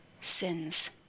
sins